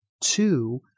two